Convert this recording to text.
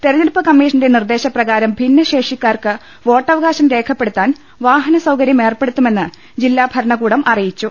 തെരഞ്ഞെടുപ്പ് കമ്മീഷന്റെ നിർദ്ദേശപ്രകാരം ഭിന്നശേഷിക്കാർക്ക് വോട്ടവകാശം രേഖപ്പെടുത്താൻ വാഹന സൌകര്യം ഏർപ്പെടുത്തുമെന്ന് ജില്ലാ ഭരണകൂടം അറിയിച്ചു